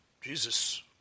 Jesus